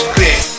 Click